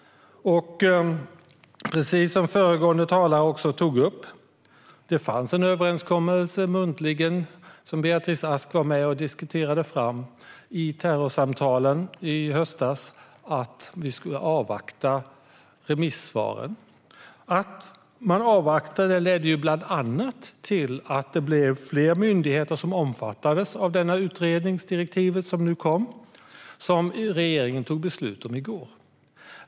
Precis som föregående talare tog upp fanns det en muntlig överenskommelse, som Beatrice Ask var med och diskuterade fram i terrorsamtalen i höstas, om att vi skulle avvakta remissvaren. Det ledde bland annat till att det blev fler myndigheter som omfattades av det utredningsdirektiv som kom och som regeringen fattade beslut om i går.